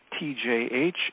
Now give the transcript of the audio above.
tjh